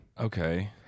Okay